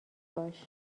باش